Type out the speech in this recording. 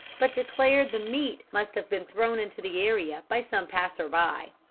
but declared the meat must have been thrown into the area by some passer-by.